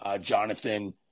Jonathan